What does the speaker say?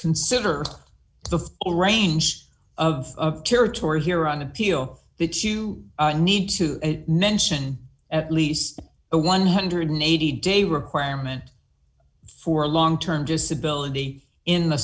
consider the range of territory here on appeal that you need to none ssion at least a one hundred and eighty day requirement for long term disability in